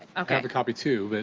copy two but